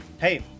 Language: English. hey